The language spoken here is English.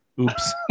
oops